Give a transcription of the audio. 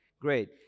Great